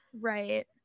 right